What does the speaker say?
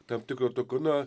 tam tikro tokio na